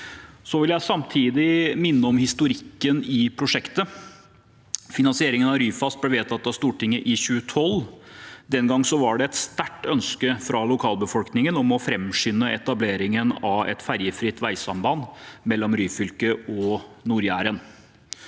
Jeg vil samtidig minne om historikken i prosjektet. Finansieringen av Ryfast ble vedtatt av Stortinget i 2012. Den gang var det et sterkt ønske fra lokalbefolkningen om å framskynde etableringen av et ferjefritt veisamband mellom Ryfylke og Nord-Jæren.